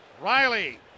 Riley